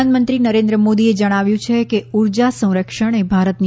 પ્રધાનમંત્રી નરેન્દ્ર મોદીએ જણાવ્યું છે કે ઉર્જા સંરક્ષણ એ ભારતની